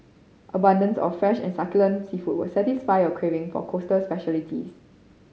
abundance of fresh and succulent seafood will satisfy your craving for coastal specialities